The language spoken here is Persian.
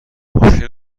مشکل